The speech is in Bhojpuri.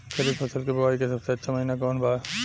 खरीफ फसल के बोआई के सबसे अच्छा महिना कौन बा?